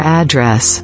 address